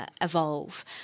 evolve